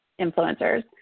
influencers